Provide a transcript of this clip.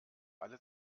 alle